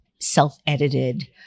self-edited